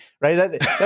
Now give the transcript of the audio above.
right